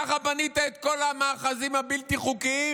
ככה בנית את כל המאחזים הבלתי-חוקיים,